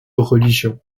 religion